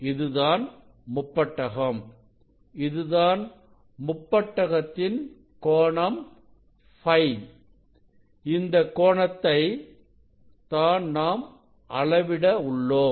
இதுதான் முப்பட்டகம்இதுதான் முப்பட்டகத்தின் கோணம் Φ இந்த கோணத்தை தான் நாம் அளவிட உள்ளோம்